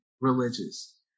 religious